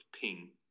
ping